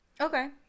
Okay